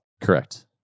Correct